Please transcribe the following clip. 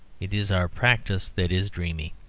it is our practice that is dreamy.